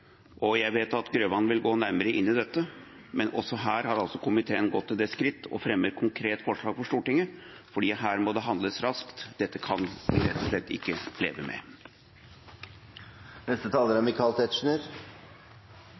og jeg vet at representanten Grøvan vil gå nærmere inn på dette, men også her har komiteen gått til det skritt å fremme et konkret forslag overfor Stortinget, for her må det handles raskt. Dette kan vi rett og slett ikke leve med.